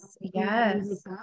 Yes